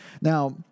Now